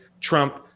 Trump